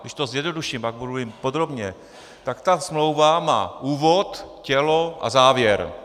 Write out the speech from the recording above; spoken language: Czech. Když to zjednoduším, pak budu mluvit podrobně, tak ta smlouva má úvod, tělo a závěr.